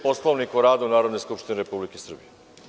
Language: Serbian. Poslovnika o radu Narodne skupštine Republike Srbije.